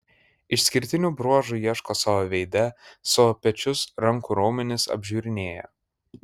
išskirtinių bruožų ieško savo veide savo pečius rankų raumenis apžiūrinėja